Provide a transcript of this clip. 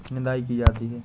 निदाई की जाती है?